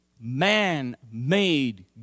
man-made